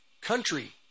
country